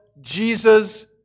Jesus